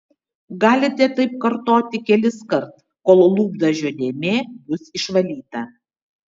galite taip kartoti keliskart kol lūpdažio dėmė bus išvalyta